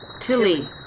Tilly